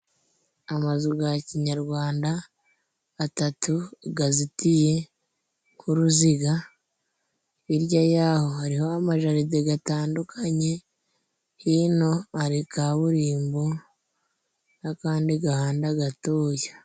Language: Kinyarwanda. Amazu ga kinyarwanda atatu gazitiye k'uruziga, hirya yaho hariho amajaride gatandukanye, hino hari kaburimbo n'akandi gahanda gatoya.